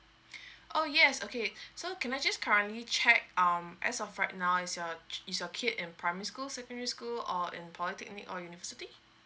oh yes okay so can I just currently check um as of right now is your is your kid in primary school secondary school or in polytechnic or university